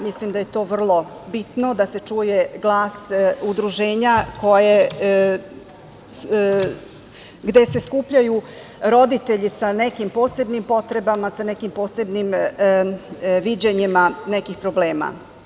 Mislim da je to vrlo bitno da se čuje glas udruženja gde se skupljaju roditelji sa nekim posebnim potrebama, sa nekim posebnim viđanjima nekih problema.